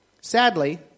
Sadly